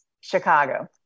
Chicago